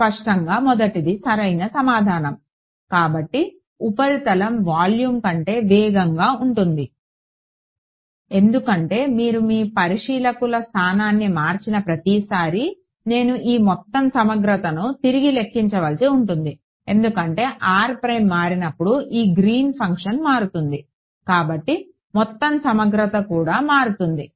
స్పష్టంగా మొదటిది సరైన సమాధానం కాబట్టి ఉపరితలం వాల్యూమ్ కంటే వేగంగా ఉంటుంది ఎందుకంటే మీరు మీ పరిశీలకుల స్థానాన్ని మార్చిన ప్రతిసారీ నేను ఈ మొత్తం సమగ్రతను తిరిగి లెక్కించవలసి ఉంటుంది ఎందుకంటే r ప్రైమ్ మారినప్పుడు ఈ గ్రీన్ ఫంక్షన్ మారుతుంది కాబట్టి మొత్తం సమగ్రం కూడా మారుతుంది